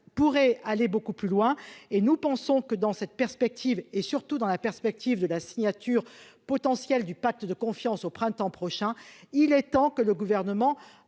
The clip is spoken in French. pourrait aller beaucoup plus loin et nous pensons que dans cette perspective et surtout dans la perspective de la signature potentiel du pacte de confiance au printemps prochain, il est temps que le gouvernement